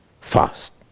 fast